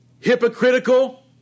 hypocritical